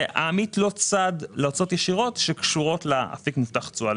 והעמית לא צד להוצאות ישירות שקשורות לאפיק מובטח תשואה.